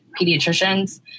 pediatricians